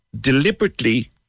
deliberately